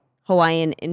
Hawaiian